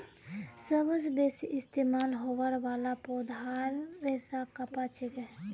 सबस बेसी इस्तमाल होबार वाला पौधार रेशा कपास छिके